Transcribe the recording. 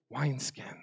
wineskin